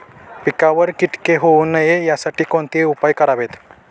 पिकावर किटके होऊ नयेत यासाठी कोणते उपाय करावेत?